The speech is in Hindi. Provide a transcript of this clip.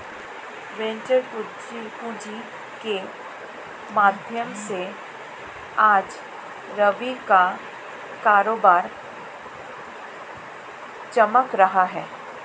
वेंचर पूँजी के माध्यम से आज रवि का कारोबार चमक रहा है